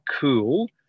cool